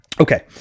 Okay